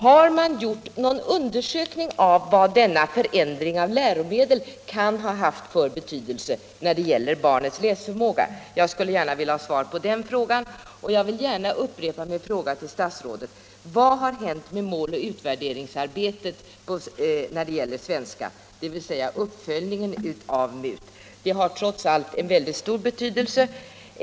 Har man gjort en undersökning av vad denna förändring av läromedel kan ha haft för betydelse när det gäller barnets läsförmåga? Jag skulle gärna vilja ha svar på den frågan. Vidare vill jag gärna upprepa en annan fråga som jag ställt till statsrådet: Vad har hänt med måloch utvärderingsarbetet när det gäller svenska, dvs. uppföljningen av MUT? Det har trots allt en mycket stor betydelse.